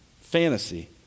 Fantasy